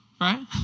right